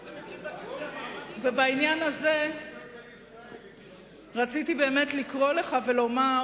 בעניין הזה רציתי לקרוא לך ולומר,